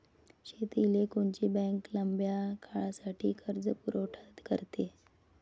शेतीले कोनची बँक लंब्या काळासाठी कर्जपुरवठा करते?